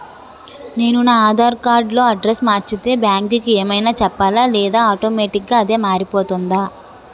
నేను నా ఆధార్ కార్డ్ లో అడ్రెస్స్ మార్చితే బ్యాంక్ కి ఏమైనా చెప్పాలా లేదా ఆటోమేటిక్గా అదే మారిపోతుందా?